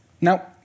Now